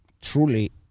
truly